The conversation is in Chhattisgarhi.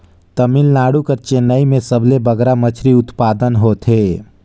तमिलनाडु कर चेन्नई में सबले बगरा मछरी उत्पादन होथे